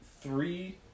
three